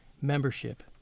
membership